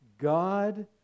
God